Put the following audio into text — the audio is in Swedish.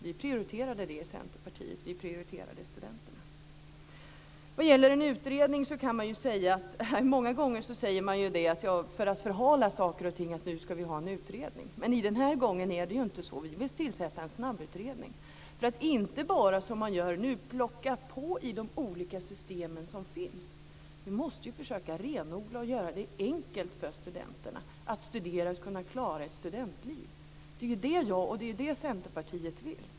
Vi i Centerpartiet prioriterade det. Vi prioriterade studenterna. Många gånger säger man att man ska ha en utredning för att förhala saker och ting. Men den här gången är det inte så. Vi vill tillsätta en snabbutredning för att inte bara - som man gör nu - plocka på i de olika system som finns. Vi måste försöka renodla och göra det enkelt för studenterna att studera och kunna klara ett studentliv. Det är detta Centerpartiet vill.